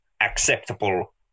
acceptable